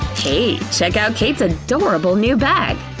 hey, check out kate's adorable new bag!